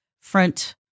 front